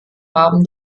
haben